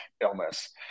illness